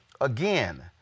Again